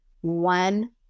One